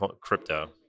crypto